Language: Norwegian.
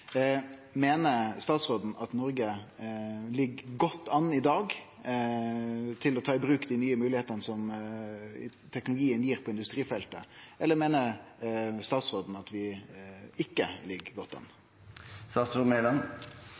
Meiner statsråden at Noreg ligg godt an i dag til å ta i bruk dei nye moglegheitene som teknologien gir på industrifeltet, eller meiner statsråden at vi ikkje ligg godt an? Statsråd Monica Mæland